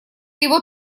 его